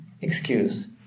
excuse